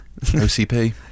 OCP